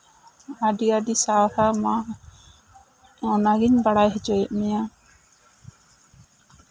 ᱟᱹᱰᱤ ᱟᱹᱰᱤ ᱥᱟᱨᱦᱟᱣ ᱢᱟ ᱚᱱᱟ ᱜᱤᱧ ᱵᱟᱲᱟᱭ ᱦᱚᱪᱚᱭᱮᱜ ᱢᱮᱭᱟ